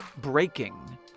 breaking